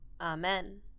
amen